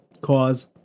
cause